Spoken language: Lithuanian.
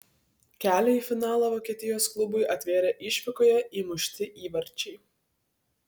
kelią į finalą vokietijos klubui atvėrė išvykoje įmušti įvarčiai